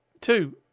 two